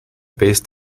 based